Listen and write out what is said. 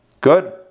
Good